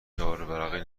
جاروبرقی